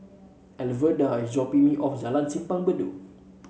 Alverda is dropping me off Jalan Simpang Bedok